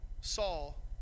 Saul